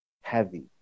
heavy